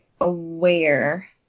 aware